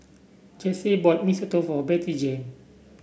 Jase bought Mee Soto for Bettyjane